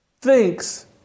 thinks